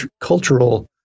cultural